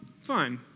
fine